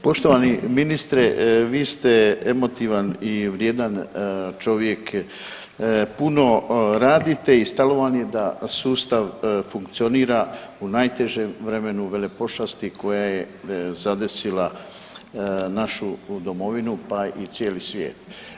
Poštovani ministre vi ste emotivan i vrijedan čovjek, puno radite i stalo vam je da sustav funkcionira u najtežem vremenu velepošasti koja je zadesila našu domovinu pa i cijeli svijet.